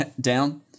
down